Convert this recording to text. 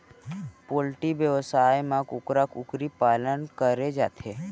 poultry बेवसाय म कुकरा कुकरी पालन करे जाथे